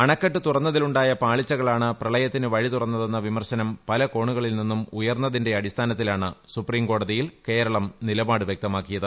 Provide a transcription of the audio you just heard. അണക്കെട്ട് തുറന്നതിലുണ്ടായ പാളിച്ചകളാണ് പ്രളയത്തിന് വഴി തുറന്നതെന്ന വിമർശനം പല കോണുകളിൽ നിന്നും ഉയർന്നതിന്റെ അടിസ്ഥാനത്തിലാണ് സുപ്രീംകോടതിയിൽ കേരളം നിലപാട് വ്യക്തമാക്കിയത്